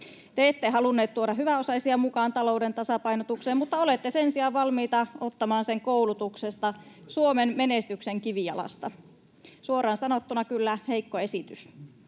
Te ette halunneet tuoda hyväosaisia mukaan talouden tasapainotukseen, mutta olette sen sijaan valmiita ottamaan sen koulutuksesta, Suomen menestyksen kivijalasta — suoraan sanottuna kyllä heikko esitys.